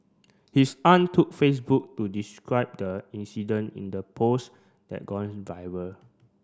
his aunt took Facebook to describe the incident in the post that gone viral